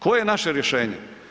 Koje je naše rješenje?